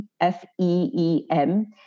F-E-E-M